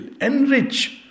enrich